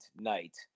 night